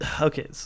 Okay